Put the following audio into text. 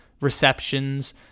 receptions